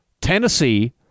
Tennessee